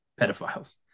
pedophiles